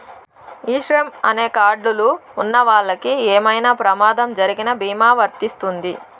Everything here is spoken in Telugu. ఈ శ్రమ్ అనే కార్డ్ లు ఉన్నవాళ్ళకి ఏమైనా ప్రమాదం జరిగిన భీమా వర్తిస్తుంది